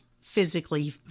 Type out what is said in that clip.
physically